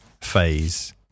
phase